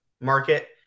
market